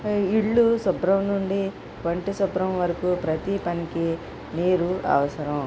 ఇళ్ళు శుభ్రం నుండి వంట శుభ్రం వరకు ప్రతి పనికి నీరు అవసరం